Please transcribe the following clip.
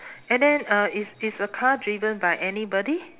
and then uh is is the car driven by anybody